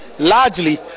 largely